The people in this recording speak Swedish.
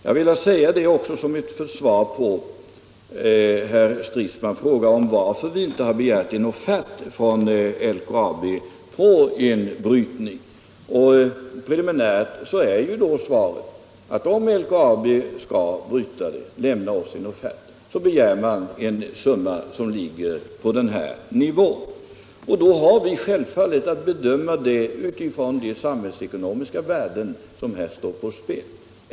Jag har också velat ge ett svar på herr Stridsmans fråga varför vi inte begärt en offert från LKAB på en brytning i detta sammanhang. Svaret är att LKAB vid en eventuell offert på brytning av malmen i fråga preliminärt kommer att begära en summa som ligger på den nämnda nivån. Detta har vi självfallet att bedöma mot bakgrund av de samhällsekonomiska värdena som står på spel.